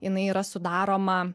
jinai yra sudaroma